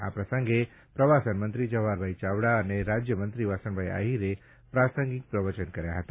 આ પ્રસંગે પ્રવાસન મંત્રી જવાહરભાઈ ચાવડા અને રાજ્યમંત્રી વાસણભાઈ આહીરે પ્રાસંગિક પ્રવચન કર્યા હતા